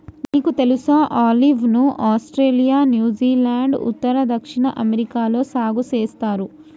నీకు తెలుసా ఆలివ్ ను ఆస్ట్రేలియా, న్యూజిలాండ్, ఉత్తర, దక్షిణ అమెరికాలలో సాగు సేస్తారు